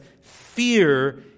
fear